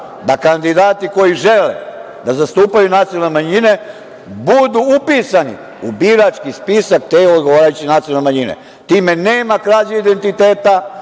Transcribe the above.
da kandidati koji žele da zastupaju nacionalne manjine, budu upisani u birački spisak te odgovarajuće nacionalne manjine. Time nema krađe identiteta,